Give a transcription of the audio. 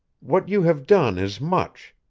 what you have done is much.